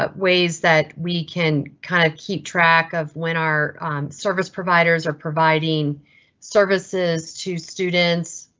ah ways that we can kind of keep track of. when our service providers are providing services to students.